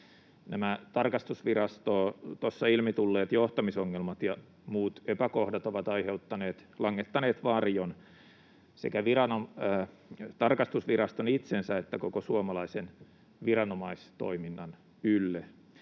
tarkastusvirastossa ilmi tulleet johtamisongelmat ja muut epäkohdat ovat langettaneet varjon sekä tarkastusviraston itsensä että koko suomalaisen viranomaistoiminnan ylle,